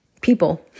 people